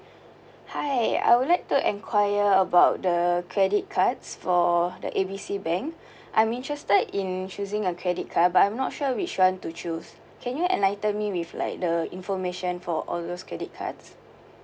hi I would like to enquire about the credit cards for the A B C bank I'm interested in choosing a credit card but I'm not sure which one to choose can you enlighten me with like the information for all those credit cards